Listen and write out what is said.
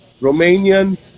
Romanian